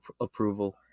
approval